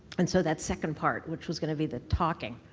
and so, that second part, which was going to be the talking,